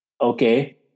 Okay